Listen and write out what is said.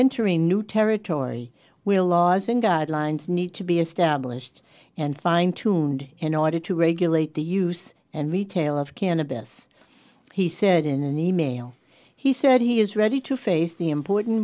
entering a new territory we'll laws in guidelines need to be established and fine tuned in order to regulate the use and retail of cannabis he said in an email he said he is ready to face the important